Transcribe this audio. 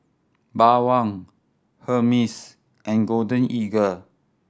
Bawang Hermes and Golden Eagle